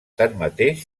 tanmateix